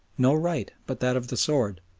no right but that of the sword,